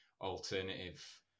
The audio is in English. alternative